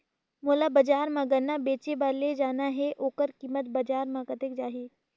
मोला बजार मां गन्ना बेचे बार ले जाना हे ओकर कीमत बजार मां कतेक जाही?